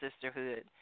sisterhood